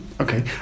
Okay